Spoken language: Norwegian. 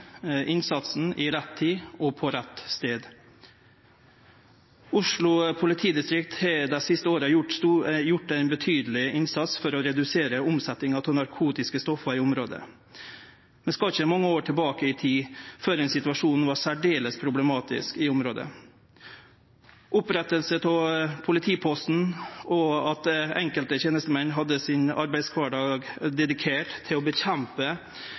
innsatsen i rett tid og på rett stad. Oslo politidistrikt har dei siste åra gjort ein betydeleg innsats for å redusere omsetninga av narkotiske stoff i området. Vi skal ikkje mange år tilbake i tid før situasjonen var særdeles problematisk i området. Oppretting av politiposten og at enkelte tenestemenn hadde arbeidskvardagen sin dedikert til å